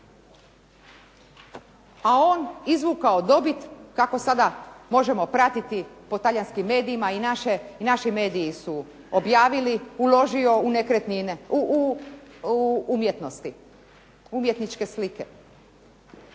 A on izvukao dobit, kako sada možemo pratiti po Talijanskim medijima, i naši mediji su objavili uložio u umjetnosti, umjetničke slike,